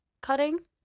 Cutting